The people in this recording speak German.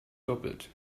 doppelt